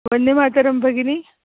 वन्दे मातरं भगिनि